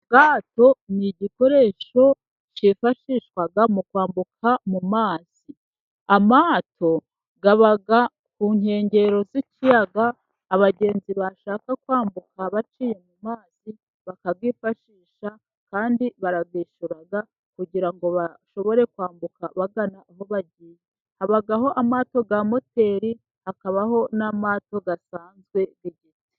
7bwahato ni igikoresho kifashishwa mu kwambuka mu mazi. Amato aba ari ku nkengero z'ikiyaga, abagenzi bashaka kwambuka baciye mu mazi bakabwifashisha, kandi barayifashisha, kandi barayishyura kugira ngo bashobore kwambuka bagana aho bagiye, habaho amato ya moteri hakabaho n'amato asanzwe.